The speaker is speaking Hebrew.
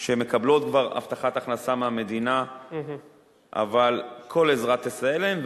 שהן מקבלות כבר הבטחת הכנסה מהמדינה אבל כל עזרה תסייע להם.